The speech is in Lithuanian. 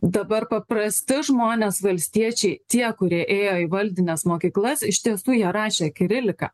dabar paprasti žmonės valstiečiai tie kurie ėjo į valdines mokyklas iš tiesų jie rašė kirilika